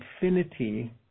infinity